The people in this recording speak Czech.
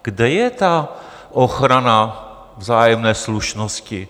Kde je ta ochrana vzájemné slušnosti?